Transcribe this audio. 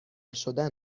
شدن